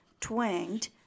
twanged